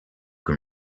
can